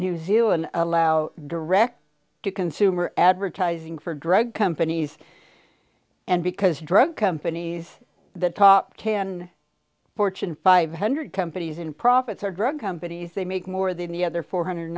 new zealand allow direct to consumer advertising for drug companies and because drug companies the top can fortune five hundred companies in profits or drug companies they make more than the other four hundred